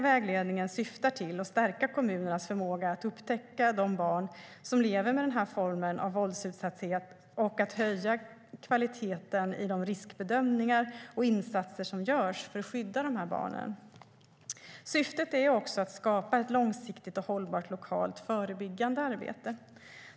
Vägledningen syftar till att stärka kommunernas förmåga att upptäcka de barn som lever med denna form av våldsutsatthet och att höja kvaliteten i de riskbedömningar och insatser som görs för att skydda dessa barn. Syftet är också att skapa ett långsiktigt och hållbart lokalt förebyggande arbete.